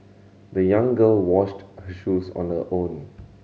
the young girl washed her shoes on her own